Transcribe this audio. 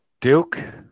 Duke